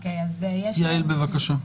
יעל, בבקשה.